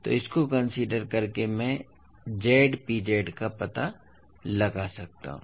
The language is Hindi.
तो इस को कंसीडर करके मैं Zpz का पता लगा सकता हूं